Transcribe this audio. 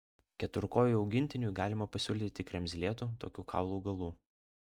keturkojui augintiniui galima pasiūlyti tik kremzlėtų tokių kaulų galų